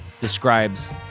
describes